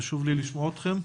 חשוב לי לשמוע אתכם.